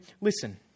listen